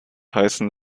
heißen